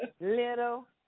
little